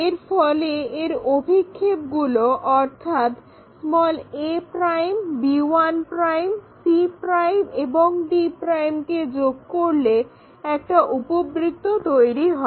এর ফলে এর অভিক্ষেপগুলো অর্থাৎ a b1 c' এবং d কে যোগ করলে একটা উপবৃত্ত তৈরি হয়